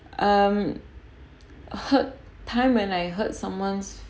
um hurt time when I hurt someone's